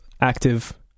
active